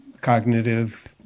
cognitive